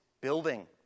building